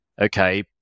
okay